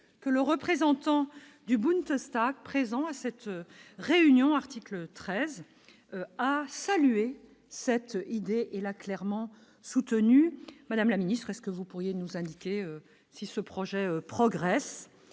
que le représentant du Bundestag, présents à cette réunion, article 13 a salué cette idée et là clairement soutenu, madame la ministre est-ce que vous pourriez nous indiquer si ce projet progresse